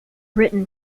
written